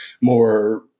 more